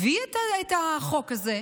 הביא את החוק הזה,